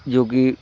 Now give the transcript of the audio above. जोकि